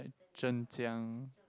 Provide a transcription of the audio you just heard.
Zhejiang